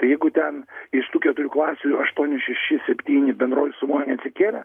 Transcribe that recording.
tai jeigu ten iš tų keturių klasių aštuoni šeši septyni bendroj sumoj neatsikėlė